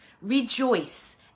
Rejoice